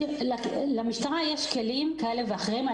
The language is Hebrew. למשטרה יש כלים כאלו ואחרים.